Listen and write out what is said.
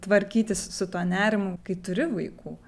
tvarkytis su tuo nerimu kai turi vaikų